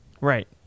Right